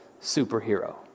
superhero